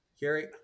Gary